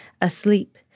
asleep